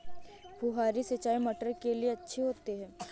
फुहारी सिंचाई मटर के लिए अच्छी होती है?